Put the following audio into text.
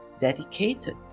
dedicated